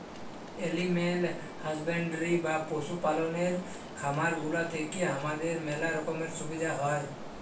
animal husbandry বা পশু পাললের খামার গুলা থেক্যে হামাদের ম্যালা রকমের সুবিধা হ্যয়